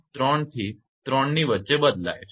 3 થી 3 ની વચ્ચે બદલાય છે